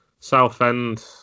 Southend